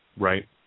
Right